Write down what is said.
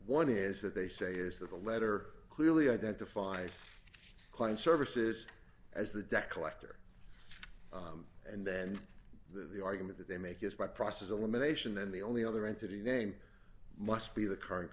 one is that they say is that the letter clearly identifies client services as the debt collector and then the argument that they make is by process elimination then the only other entity name must be the current